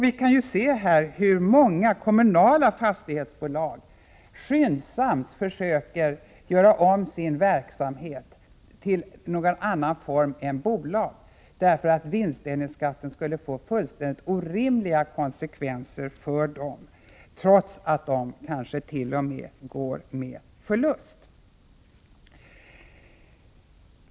Vi kan ju se hur många kommunala fastighetsbolag skyndsamt försöker göra om sin verksamhetsform till någon annan än bolag därför att vinstdelningsskatten skulle få fullständigt orimliga konsekvenser för dem, trots att de kanske t.o.m. går med förlust.